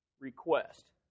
Request